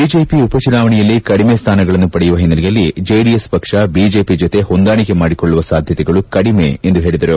BJP ಉಪ ಚುನಾವಣೆಯಲ್ಲಿ ಕಡಿಮೆ ಸ್ನಾನಗಳನ್ನು ಪಡೆಯುವ ಹಿನೈಲೆಯಲ್ಲಿ ಜೆಡಿಎಸ್ ಪಕ್ಷ ಬಿಜೆಪಿ ಜೊತೆ ಹೊಂದಾಣಿಕೆ ಮಾಡಿಕೊಳ್ಳುವ ಸಾಧ್ಯತೆಗಳು ಕಡಿಮೆ ಎಂದು ಹೇಳದರು